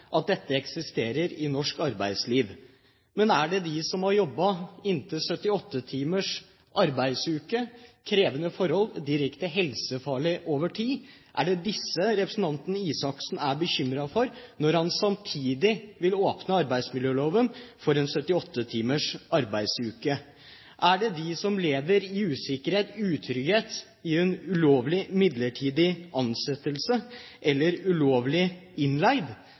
at dette eksisterer i norsk arbeidsliv. Er det de som har jobbet inntil 78 timers arbeidsuke under krevende forhold – direkte helsefarlig over tid – representanten Røe Isaksen er bekymret for, når han samtidig vil åpne arbeidsmiljøloven for en 78 timers arbeidsuke? Er det de som lever i usikkerhet, i utrygghet, som er i en ulovlig midlertidig ansettelse, eller som er ulovlig innleid,